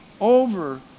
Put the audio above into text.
over